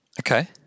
Okay